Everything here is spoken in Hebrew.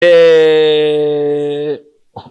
אההה.....